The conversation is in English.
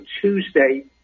Tuesday